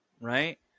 right